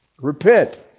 Repent